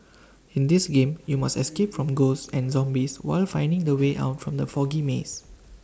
in this game you must escape from ghosts and zombies while finding the way out from the foggy maze